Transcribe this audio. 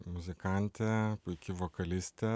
muzikantė puiki vokalistė